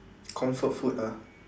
comfort food ah